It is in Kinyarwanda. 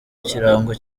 kirango